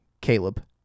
Caleb